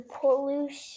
pollution